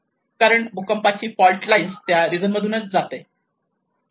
कारण भूकंपाची fault lines त्या रिजन मधूनच जाते